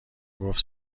گفت